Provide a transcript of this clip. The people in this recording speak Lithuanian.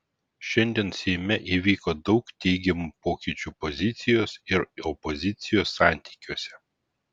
šiandien seime įvyko daug teigiamų pokyčių pozicijos ir opozicijos santykiuose